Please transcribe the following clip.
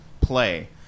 play